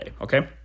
okay